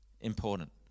important